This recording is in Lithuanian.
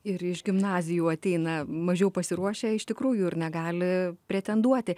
ir iš gimnazijų ateina mažiau pasiruošę iš tikrųjų ir negali pretenduoti